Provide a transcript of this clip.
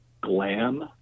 glam